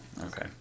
Okay